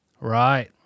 Right